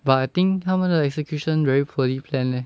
but I think 他们的 execution very poorly planned leh